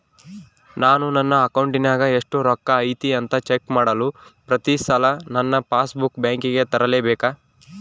ನಾನು ನನ್ನ ಅಕೌಂಟಿನಾಗ ಎಷ್ಟು ರೊಕ್ಕ ಐತಿ ಅಂತಾ ಚೆಕ್ ಮಾಡಲು ಪ್ರತಿ ಸಲ ನನ್ನ ಪಾಸ್ ಬುಕ್ ಬ್ಯಾಂಕಿಗೆ ತರಲೆಬೇಕಾ?